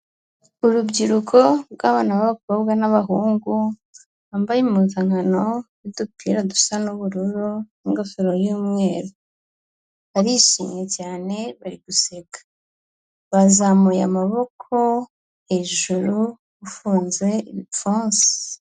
Urubyiruko rw'abana b'abakobwa n'abahungu, bambaye impunzankano y'udupira dusa n'ubururu n'ingofero y'umweru, barishimye cyane bari guseka, bazamuye amaboko hejuru bafunze ibipfunsi.